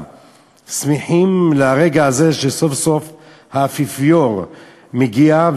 שמחים לרגע הזה שסוף-סוף האפיפיור מגיע.